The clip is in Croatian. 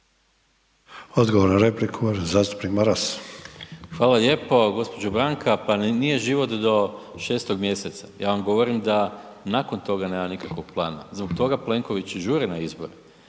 Maras. **Maras, Gordan (SDP)** Hvala lijepo. Gđo. Branka, pa nije život do 6 mjeseca. Ja vam govorim da nakon toga nema nikakvog plana. Zbog toga Plenković i žuri na izbore